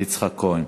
יצחק כהן.